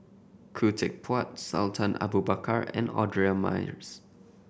Khoo Teck Puat Sultan Abu Bakar and Audra Morrice